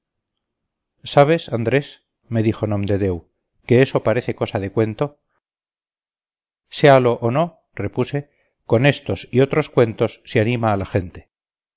sabes andrés me dijo nomdedeu que eso parece cosa de cuento séalo o no repuse con estos y otros cuentos se anima la gente